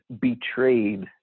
betrayed